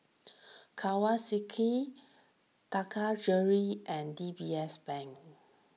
Kawasaki Taka Jewelry and D B S Bank